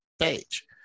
stage